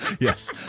Yes